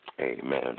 amen